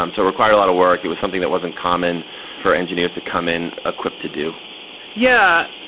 um so required a lot of work. it was something that wasn't common for engineers to come in equipped to do yeah.